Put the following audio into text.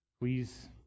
please